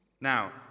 Now